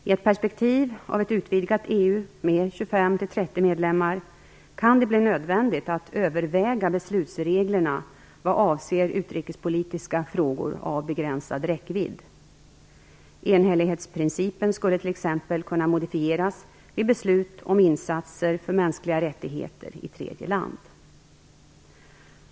I ett perspektiv av ett utvidgat EU med 25-30 medlemmar kan det bli nödvändigt att överväga beslutsreglerna vad avser utrikespolitiska frågor av begränsad räckvidd. Enhällighetsprincipen skulle t.ex. kunna modifieras vid beslut om insatser för mänskliga rättigheter i tredje land.